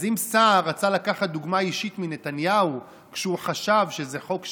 אז אם סער רצה לקחת דוגמה אישית מנתניהו כשהוא חשב שזה חוק שלו,